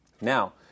Now